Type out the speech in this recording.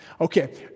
Okay